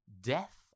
death